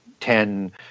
Ten